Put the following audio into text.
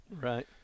Right